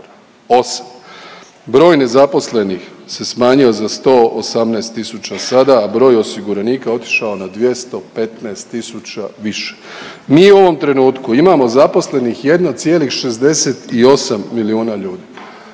8. Broj nezaposlenih se smanjio za 118 tisuća sada, a broj osiguranika otišao na 215 tisuća više. Mi u ovom trenutku imamo zaposlenih 1,68 milijuna ljudi,